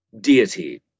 deity